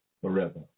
forever